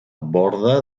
borda